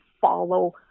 follow